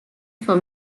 for